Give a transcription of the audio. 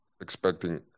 expecting